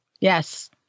yes